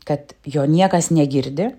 kad jo niekas negirdi